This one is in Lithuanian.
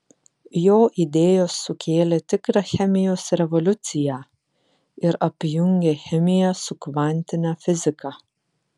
jo idėjos sukėlė tikrą chemijos revoliuciją ir apjungė chemiją su kvantine fiziką